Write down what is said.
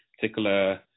particular